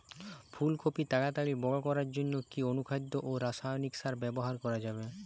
ফুল কপি তাড়াতাড়ি বড় করার জন্য কি অনুখাদ্য ও রাসায়নিক সার ব্যবহার করা যাবে?